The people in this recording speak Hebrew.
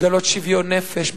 לגלות שוויון נפש.